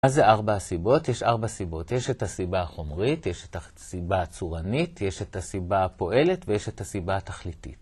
מה זה ארבע הסיבות? יש ארבע סיבות. יש את הסיבה החומרית, יש את הסיבה הצורנית, יש את הסיבה הפועלת ויש את הסיבה התכליתית.